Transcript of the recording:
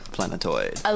Planetoid